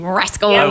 rascal